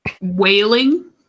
wailing